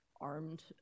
armed